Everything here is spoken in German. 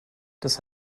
das